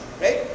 right